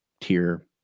tier